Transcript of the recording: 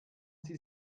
sie